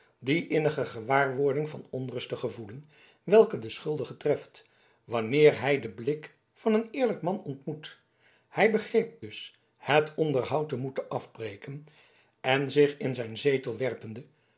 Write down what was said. die innige gewaarwording van onrust te gevoelen welke den schuldige treft wanneer hij den blik van een eerlijk man ontmoet hij begreep dus het onderhoud te moeten afbreken en zich in zijn zetel werpende